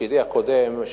בתפקידי הקודם,